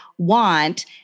want